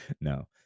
no